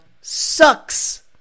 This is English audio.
sucks